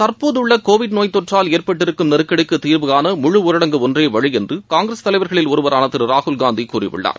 தற்போதுள்ள கோவிட் நோய்த்தொற்றால் ஏற்பட்டிருக்கும் நெருக்கடிக்கு தீர்வு காண முழு ஊரடங்கு ஒன்றே வழி என்று காங்கிரஸ் தலைவர்களில் ஒருவரான திரு ராகுல் காந்தி கூறியிருக்கிறார்